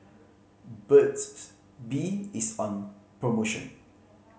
Burt's Bee is on promotion